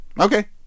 okay